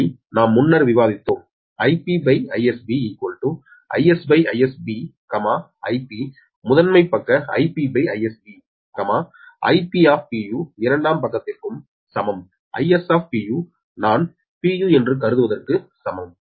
இதை நாம் முன்னர் விவாதித்தோம் IpIsBIsIsB 𝑰𝒑 முதன்மை பக்க IpIsB 𝑰𝒑𝒑u இரண்டாம் பக்கத்திற்கும் சமம் 𝑰𝒔𝒑u நான் என்று கருதுவதற்கு சமம்